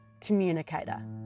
communicator